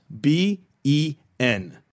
B-E-N